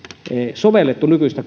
sovellettu nykyistä